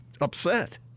upset